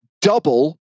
double